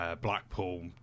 Blackpool